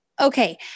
okay